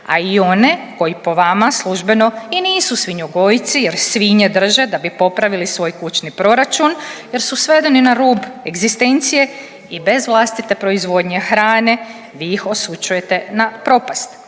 a i one koji po vama službeno i nisu svinjogojci jer svinje drže da bi popravili svoj kućni proračun jer su svedeni na rub egzistencije i bez vlastite proizvodnje hrane vi ih osuđujete na propast.